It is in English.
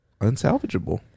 unsalvageable